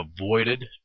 avoided